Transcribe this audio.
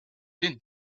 din